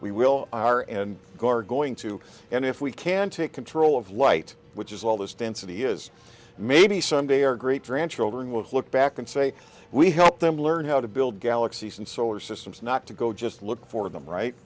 we will are and guard going to and if we can take control of light which is all this density is maybe someday our great grandchildren will look back and say we help them learn how to build galaxies and solar systems not to go just look for them right